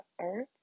Earth